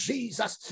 Jesus